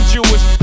Jewish